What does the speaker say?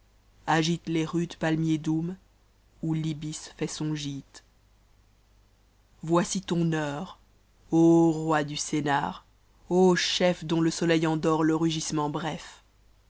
agite les rudes palmiers doums oa i'ibis fait son g te voici ton heure ô roi du sennaar ô chef dont le soleil endort ie rugissement bref